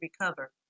recover